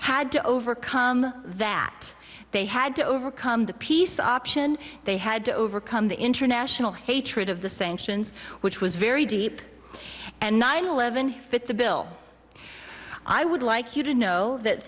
had to overcome that they had to overcome the peace option they had to overcome the international hatred of the sanctions which was very deep and nine eleven fit the bill i would like you to know that